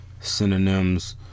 synonyms